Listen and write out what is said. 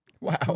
Wow